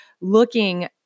looking